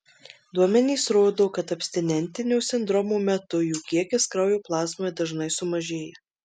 duomenys rodo kad abstinentinio sindromo metu jų kiekis kraujo plazmoje dažnai sumažėja